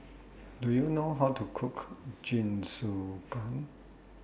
Do YOU know How to Cook Jingisukan